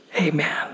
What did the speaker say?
Amen